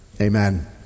Amen